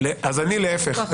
אני להפך.